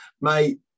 Mate